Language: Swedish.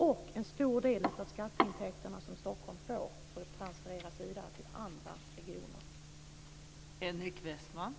Men en stor del av de skatteintäkter som Stockholm får transfereras alltså vidare till andra regioner.